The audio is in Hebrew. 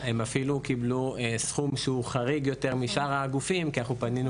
הם אפילו קיבלו סכום שהוא חריג יותר משאר הגופים כי אנחנו פנינו